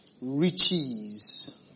riches